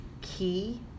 key